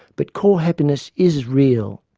but core happiness is real,